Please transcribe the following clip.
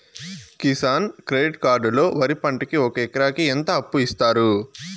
Kisan credit card లో వరి పంటకి ఒక ఎకరాకి ఎంత అప్పు ఇస్తారు?